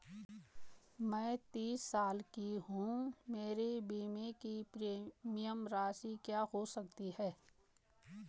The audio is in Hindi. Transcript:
मैं तीस साल की हूँ मेरे बीमे की प्रीमियम राशि क्या हो सकती है?